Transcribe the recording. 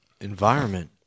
environment